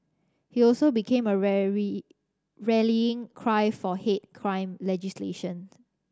he also became a rallying cry for hate crime legislation